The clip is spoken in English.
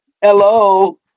Hello